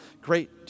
great